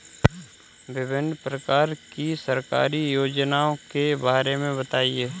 विभिन्न प्रकार की सरकारी योजनाओं के बारे में बताइए?